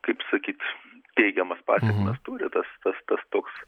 kaip sakyt teigiamas pasekmes turi tas tas tas toks